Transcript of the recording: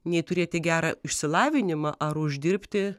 nei turėti gerą išsilavinimą ar uždirbti